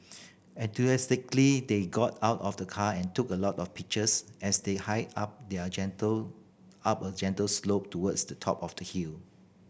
enthusiastically they got out of the car and took a lot of pictures as they hiked up the a gentle up a gentle slope towards the top of the hill